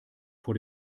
vor